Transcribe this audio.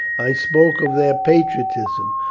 i spoke of their patriotism,